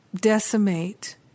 decimate